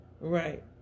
Right